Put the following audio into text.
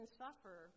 suffer